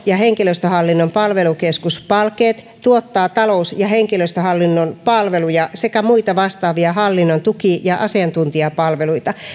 ja henkilöstöhallinnon palvelukeskus palkeet tuottaa talous ja henkilöstöhallinnon palveluja sekä muita vastaavia hallinnon tuki ja asiantuntijapalveluita